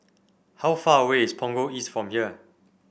how far away is Punggol East from here